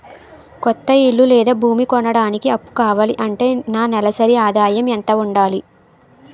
కొత్త ఇల్లు లేదా భూమి కొనడానికి అప్పు కావాలి అంటే నా నెలసరి ఆదాయం ఎంత ఉండాలి?